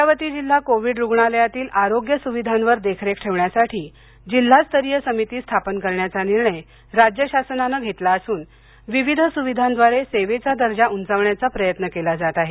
अमरावती जिल्हा कोविड रुग्णालयातील आरोग्य सुविधांवर देखरेख ठेवण्यासाठी जिल्हास्तरीय समिती स्थापन करण्याचा निर्णय राज्य शासनानं घेतला असून विविध सुविधांद्वारे सेवेचा दर्जा उंचावण्याचा प्रयत्न केला जात आहे